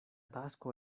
tasko